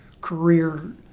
career